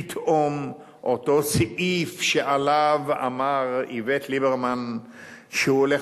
פתאום אותו סעיף שעליו אמר איווט ליברמן שהוא הולך